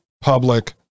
public